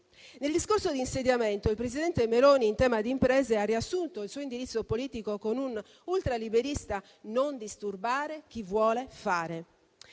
Nel discorso di insediamento, il presidente Meloni in tema di imprese ha riassunto il suo indirizzo politico con un ultraliberista "non disturbare chi vuole fare",